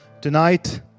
tonight